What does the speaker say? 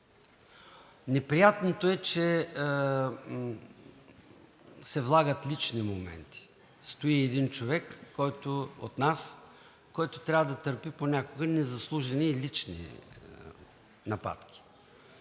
Неприятното е, че се влагат лични моменти. Стои един човек от нас, който понякога трябва да търпи незаслужени и лични нападки.